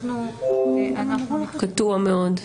קטוע מאוד.